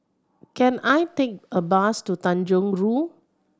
can I take a bus to Tanjong Rhu